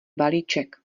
balíček